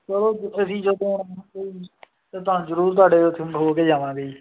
ਚਲੋ ਅਸੀਂ ਜਦੋਂ ਤੁਹਾਨੂੰ ਜ਼ਰੂਰ ਤੁਹਾਡੇ ਇਥੋਂ ਹੋ ਕੇ ਜਾਵਾਂਗੇ ਜੀ